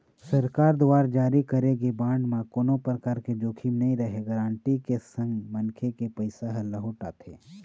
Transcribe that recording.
सरकार दुवार जारी करे गे बांड म कोनो परकार के जोखिम नइ रहय गांरटी के संग मनखे के पइसा ह लहूट आथे